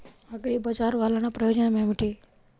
అగ్రిబజార్ వల్లన ప్రయోజనం ఏమిటీ?